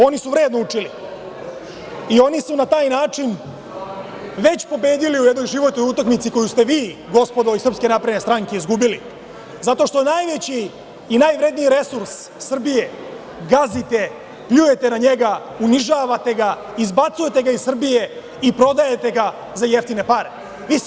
Oni su vredno učili i oni su na taj način već pobedili u jednoj životnoj utakmici koju ste vi, gospodo iz SNS, izgubili, zato što najveći i najvredniji resurs Srbije gazite, pljujete na njega, unižavate ga, izbacujete ga iz Srbije i prodajete ga za jeftine pare.